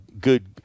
good